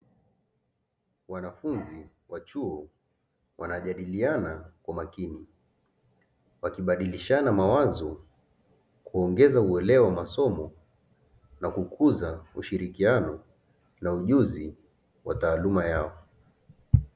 Wanafunzi wa chuo wanajadiliana kwa umakini, wakibadilishana mawazo kuongeza uelewa wa masomo na kukuza ushirikiano na ujuzi wa taaluma yao.